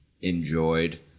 enjoyed